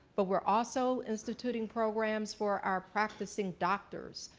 but we're also instituting programs for our practicing doctors,